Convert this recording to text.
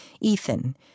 Ethan